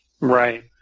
Right